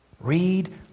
Read